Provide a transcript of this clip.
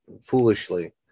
foolishly